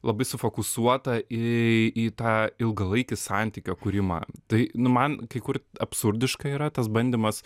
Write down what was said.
labai sufokusuota į į tą ilgalaikį santykio kūrimą tai nu man kai kur absurdiška yra tas bandymas